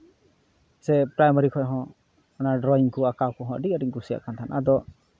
ᱥᱮ ᱯᱨᱟᱭᱢᱟᱨᱤ ᱠᱷᱚᱡ ᱦᱚᱸ ᱚᱱᱟ ᱰᱨᱚᱭᱤᱝ ᱠᱚ ᱟᱸᱠᱟᱣ ᱠᱚᱦᱚᱸ ᱟᱹᱰᱤ ᱟᱸᱴᱤᱧ ᱠᱩᱥᱤᱭᱟᱜ ᱠᱟᱱ ᱛᱟᱦᱮᱱᱟ ᱟᱫᱚ